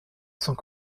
sans